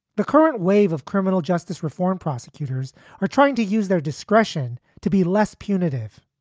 the current wave of criminal justice reform, prosecutors are trying to use their discretion to be less punitive.